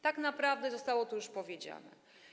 Tak naprawdę zostało to już powiedziane.